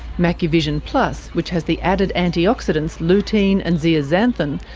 macu-vision plus, which has the added anti-oxidants lutein and zeaxanthin,